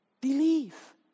Believe